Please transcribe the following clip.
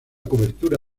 cobertura